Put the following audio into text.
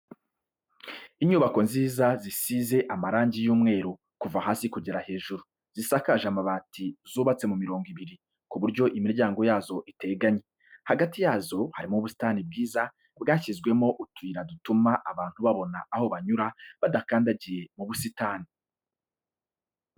Inyubako nziza zisize amarangi y'umweru kuva hasi kugera hejuru, zisakaje amabati zubatse mu mirongo ibiri, ku buryo imiryango yazo iteganye, hagati yazo harimo ubusitani bwiza bwashyizwemo utuyira dutuma abantu babona aho banyura badakandagiye mu busitani.